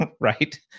right